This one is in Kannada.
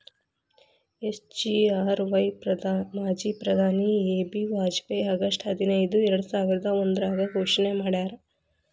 ಎಸ್.ಜಿ.ಆರ್.ವಾಯ್ ಮಾಜಿ ಪ್ರಧಾನಿ ಎ.ಬಿ ವಾಜಪೇಯಿ ಆಗಸ್ಟ್ ಹದಿನೈದು ಎರ್ಡಸಾವಿರದ ಒಂದ್ರಾಗ ಘೋಷಣೆ ಮಾಡ್ಯಾರ